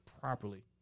properly